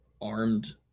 armed